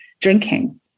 drinking